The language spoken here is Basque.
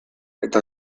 eta